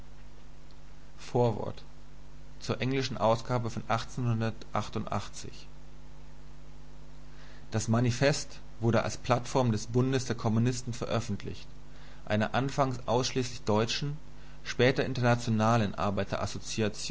anmerkung zur deutschen ausgabe von das manifest wurde als plattform des bundes der kommunisten veröffentlicht einer anfangs ausschließlich deutschen später internationalen